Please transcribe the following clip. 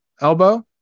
elbow